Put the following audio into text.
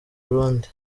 burundi